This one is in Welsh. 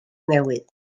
newydd